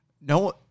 no